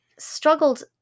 struggled